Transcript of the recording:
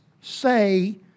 say